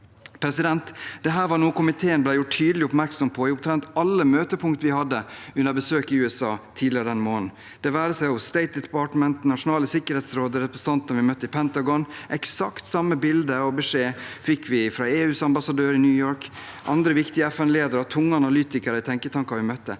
for 2022 Dette var noe komiteen ble gjort tydelig oppmerksom på i omtrent alle møtepunkt vi hadde under besøket i USA tidligere denne måneden – det være seg hos det amerikanske utenriksdepartementet, det nasjonale sikkerhetsrådet, representanter vi møtte i Pentagon. Eksakt samme bilde og beskjed fikk vi fra EUs ambassadør i New York, andre viktige FN-ledere, tunge analytikere i tenketanker vi møtte,